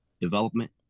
development